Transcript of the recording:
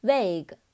Vague